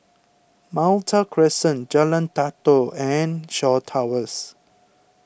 Malta Crescent Jalan Datoh and Shaw Towers